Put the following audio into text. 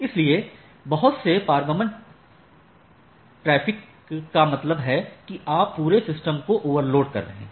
इसलिए बहुत से पारगमन ट्रैफ़िक का मतलब है कि आप पूरे सिस्टम को ओवरलोड कर रहे हैं